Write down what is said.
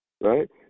Right